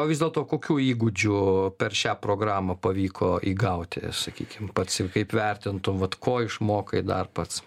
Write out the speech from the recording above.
vis dėlto kokių įgūdžių per šią programą pavyko įgauti sakykim pats kaip vertintum vat ko išmokai dar pats